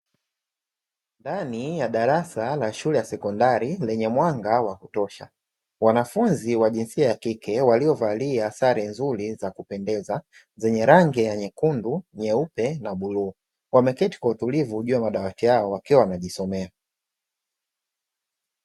Ndani ya darasa la shule ya sekondari lenye mwanga wa kutosha, wanafunzi wa jinsia ya kike waliovalia sare nzuri za kupendeza zenye rangi ya nyekundu, nyeupe na bluu. Wameketi kwa utulivu juu ya madawati hayo, wakiwa wanajisomea.